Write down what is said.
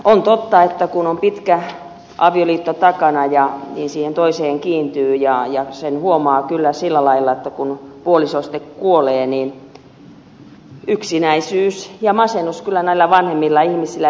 on totta että kun on pitkä avioliitto takana toiseen kiintyy ja sen huomaa kyllä sillä lailla että kun puoliso sitten kuolee yksinäisyys ja masennus kyllä näillä vanhemmilla ihmisillä lisääntyy